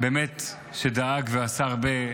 באמת שדאג ועשה הרבה,